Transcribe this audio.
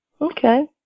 Okay